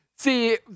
See